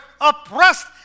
oppressed